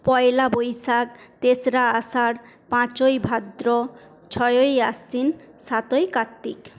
পয়লা বৈশাখ তেসরা আষাঢ় পাঁচই ভাদ্র ছয়ই আশ্বিন সাতই কার্ত্তিক